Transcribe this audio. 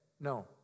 no